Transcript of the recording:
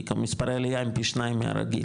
כי מספרי העלייה הם פי שניים מהרגיל,